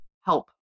help